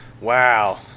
Wow